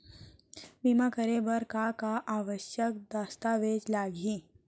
बीमा करे बर का का आवश्यक दस्तावेज लागही